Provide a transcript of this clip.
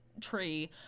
tree